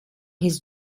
his